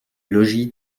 logis